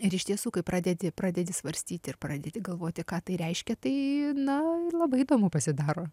ir iš tiesų kai pradedi pradedi svarstyti ir pradėti galvoti ką tai reiškia tai na labai įdomu pasidaro